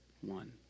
one